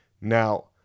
Now